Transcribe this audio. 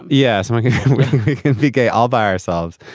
yes um i could be gay all by ourselves.